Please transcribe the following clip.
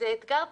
שזה אתגר תמידי.